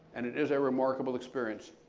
and it is a remarkable experience.